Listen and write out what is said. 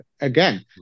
again